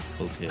Okay